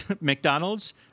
McDonald's